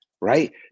right